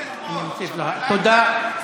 אפשר לדעת?